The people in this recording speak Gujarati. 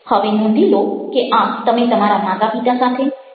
હવે નોંધી લો કે આ તમે તમારા માતા પિતા સાથે તમારા મિત્રો સાથે કરી શકો